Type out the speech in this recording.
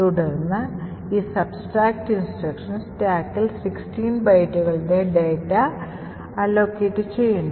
തുടർന്ന് ഈ subtract instruction സ്റ്റാക്കിൽ 16 ബൈറ്റുകളുടെ ഡാറ്റ allocate ചെയ്യുന്നു